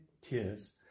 tears